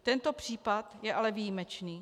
Tento případ je ale výjimečný.